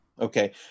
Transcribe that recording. Okay